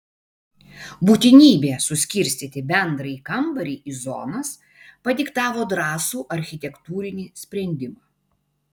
būtinybė suskirstyti bendrąjį kambarį į zonas padiktavo drąsų architektūrinį sprendimą